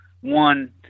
one